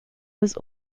was